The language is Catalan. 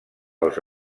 els